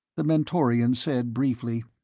the mentorian said briefly,